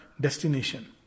destination